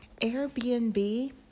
Airbnb